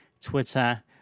Twitter